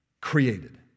created